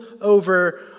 over